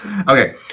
Okay